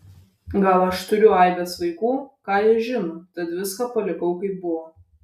gal aš turiu aibes vaikų ką jie žino tad viską palikau kaip buvo